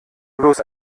bloß